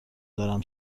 دارم